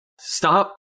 Stop